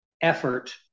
effort